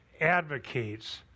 advocates